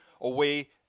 away